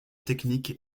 techniques